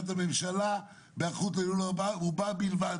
--- בלבד ---".